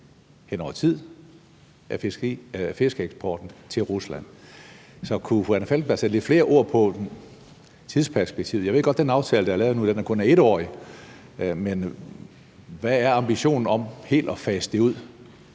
hen over tid af fiskeeksporten til Rusland. Kunne fru Anna Falkenberg sætte nogle flere ord på tidsperspektivet? Jeg ved godt, at den aftale, der er lavet nu, kun er etårig, men hvad er ambitionen om helt at fase det ud?